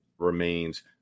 remains